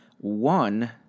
one